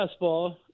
fastball